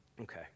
okay